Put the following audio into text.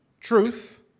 truth